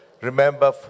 Remember